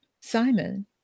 Simon